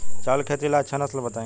चावल के खेती ला अच्छा नस्ल बताई?